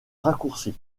raccourci